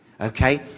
Okay